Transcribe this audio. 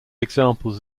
examples